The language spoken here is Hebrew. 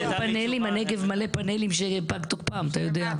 בנגב יש מלא פנלים שפג תוקפם, אתה יודע.